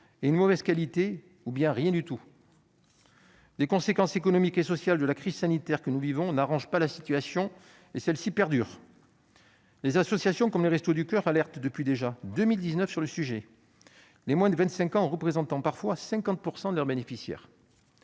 de mauvaise qualité, ou bien à ne rien manger du tout ! Les conséquences économiques et sociales de la crise sanitaire que nous vivons n'arrangent pas la situation, qui perdure donc. Les associations comme les Restos du Coeur alertent sur le sujet depuis 2019 déjà, les moins de 25 ans représentant parfois 50 % de leurs bénéficiaires.